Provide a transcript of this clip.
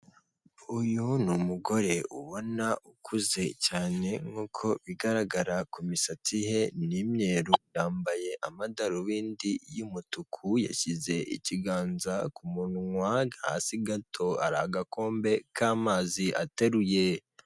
Uyu ni umugore ubona ukuze cyane nk'uko bigaragara ku misatsi he ni imyeru, yambaye amadarubindi y'umutuku yashyize ikiganza ku munwa, hasi gato hari agakombe k'amazi ateruye.